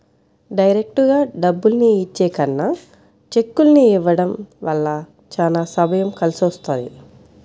డైరెక్టుగా డబ్బుల్ని ఇచ్చే కన్నా చెక్కుల్ని ఇవ్వడం వల్ల చానా సమయం కలిసొస్తది